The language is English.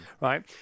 right